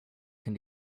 can